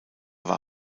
war